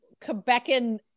Quebecan